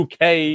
UK